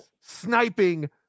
sniping